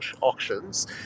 auctions